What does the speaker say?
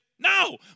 No